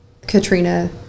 Katrina